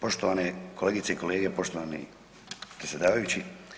Poštovane kolegice i kolege, poštovani predsjedavajući.